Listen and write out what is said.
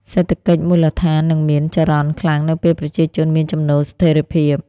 សេដ្ឋកិច្ចមូលដ្ឋាននឹងមានចរន្តខ្លាំងនៅពេលប្រជាជនមានចំណូលស្ថិរភាព។